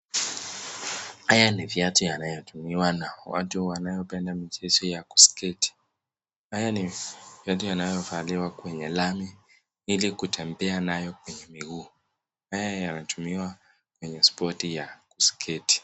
Haya ni viatu yanayotumiwa na watu wanaopenda mchezo wa kusketi. Haya ni viatu inayovaliwa kwenye lami ili kutembea nayo kwenye mguu. Haya yanatumiwa kwenye spoti ya kusketi.